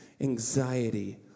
anxiety